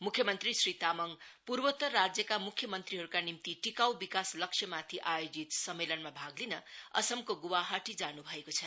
म्ख्य मंत्री श्री तामाङ पूर्वोतर राज्यका मुख्य मंत्रीहरूका निम्ति टिकाउ विकास लक्ष्यमाथि आयोजित सम्मेलनमा भाग लिन असमको गुवाहाटी जानु भएको छ